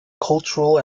cultural